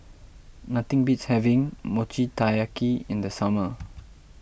nothing beats having Mochi Taiyaki in the summer